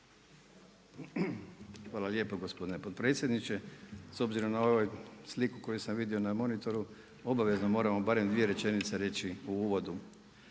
Hvala lijepo gospodine potpredsjedniče. S obzirom na ovu sliku koju sam vidio na monitoru, obavezno moram barem dvije rečenice reći u uvodu.